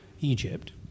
Egypt